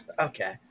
Okay